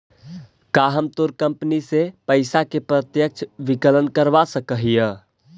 का हम तोर कंपनी से पइसा के प्रत्यक्ष विकलन करवा सकऽ हिअ?